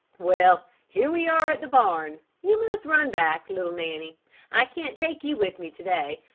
well, here we are at the barn, you must run back, little nanny i can't take you with me to-day,